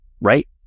right